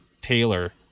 Taylor